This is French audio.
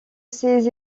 ces